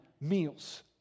meals